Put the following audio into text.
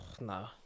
No